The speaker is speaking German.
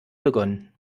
begonnen